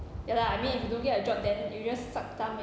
ya lah I mean if you don't get a job then you just suck thumb and